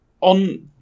on